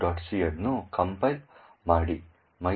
c ಅನ್ನು compile ಮಾಡಿ mylib